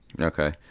Okay